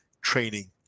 training